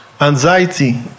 anxiety